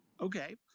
Okay